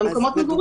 במקומות המגורים